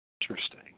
Interesting